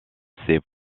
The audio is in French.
ses